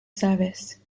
service